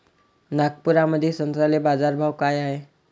नागपुरामंदी संत्र्याले बाजारभाव काय हाय?